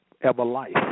ever-life